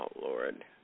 Lord